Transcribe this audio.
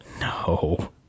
No